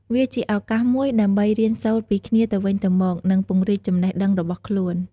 វាជាឱកាសមួយដើម្បីរៀនសូត្រពីគ្នាទៅវិញទៅមក និងពង្រីកចំណេះដឹងរបស់ខ្លួន។